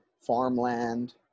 farmland